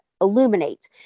illuminate